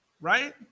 right